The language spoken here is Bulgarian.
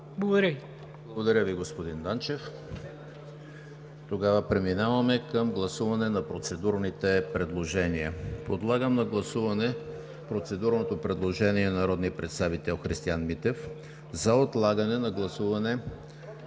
Благодаря Ви, господин Данчев. Тогава преминаваме към гласуване на процедурните предложения. Подлагам на гласуване процедурното предложение на народния представител Христиан Митев за отлагане на гласуване